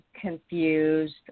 confused